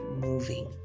moving